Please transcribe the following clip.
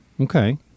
Okay